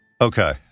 Okay